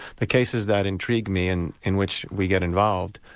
the cases that intrigue me and in which we get involved,